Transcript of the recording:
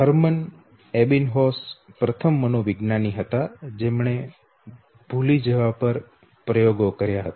Hermann Ebbinghaus પ્રથમ મનોવિજ્ઞાની હતા જેમણે ભુલવા પર પ્રયોગો કર્યા હતા